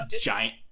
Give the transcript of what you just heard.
Giant